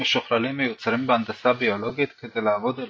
משוכללים מיוצרים בהנדסה ביוטכנולוגית כדי לעבוד על